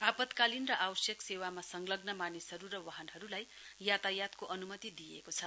आपतकालीन र आवश्यक सेवामा संलग्न मानिसहरु र वाहनहरुलाई यातायातको अनुमति दिइएको छ